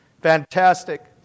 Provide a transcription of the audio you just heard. Fantastic